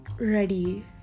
ready